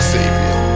Savior